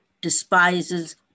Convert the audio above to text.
despises